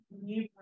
new